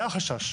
זה החשש.